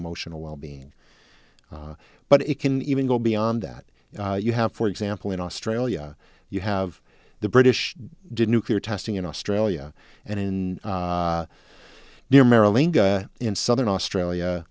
emotional wellbeing but it can even go beyond that you have for example in australia you have the british did nuclear testing in australia and in near marilyn in southern australia